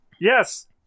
Yes